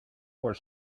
was